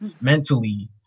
mentally